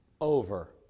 over